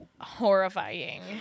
horrifying